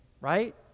right